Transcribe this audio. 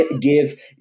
give